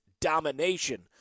domination